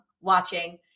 watching